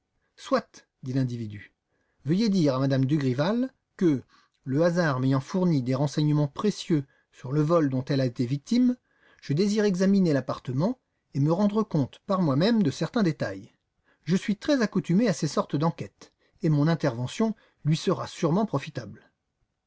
soit dit l'individu veuillez dire à m me dugrival que le hasard m'ayant fourni des renseignements précieux sur le vol dont elle a été victime je désire examiner l'appartement et me rendre compte par moi-même de certains détails je suis très accoutumé à ces sortes d'enquêtes et mon intervention lui sera sûrement profitable